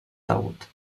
taüt